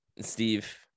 Steve